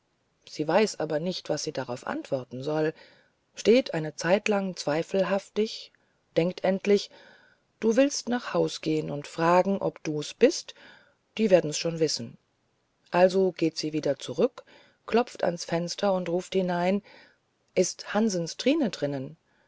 sie weiß aber nicht was sie drauf antworten soll steht eine zeitlang zweifelhaftig endlich denkt sie du willst nach haus gehen und fragen ob dus bist die werdens schon wissen also geht sie wieder zurück klopft ans fenster und ruft hinein ist hansens trine drinnen